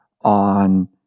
on